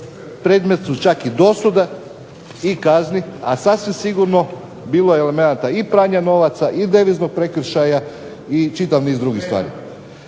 predmet su čak i dosuda i kazni, a sasvim sigurno bilo je elemenata i pranja novaca i deviznog prekršaja i čitav niz drugih stvari.